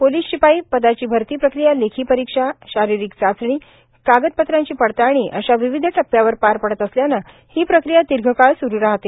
police शिपाई पदाची भरती प्रक्रिया लेखी परीक्षा शारीरिक चाचणी कागदपत्रांची पडताळणी अशा विविध टप्प्यावर पार पडत असल्याने ही प्रक्रिया दीर्घकाळ स्रू राहते